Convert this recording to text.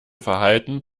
verhalten